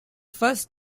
first